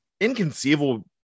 inconceivable